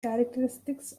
characteristics